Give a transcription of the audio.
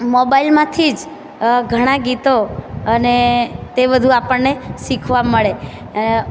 મોબાઈલમાંથી જ ઘણાં ગીતો અને તે બધું આપણને શીખવા મળે